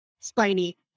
spiny